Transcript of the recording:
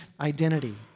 identity